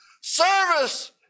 Service